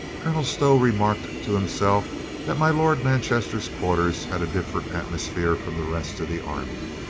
colonel stow remarked to himself that my lord manchester's quarters had a different atmosphere from the rest of the army.